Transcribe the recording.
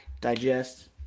digest